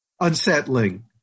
unsettling